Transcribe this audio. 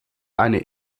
eine